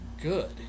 good